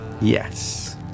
Yes